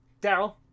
Daryl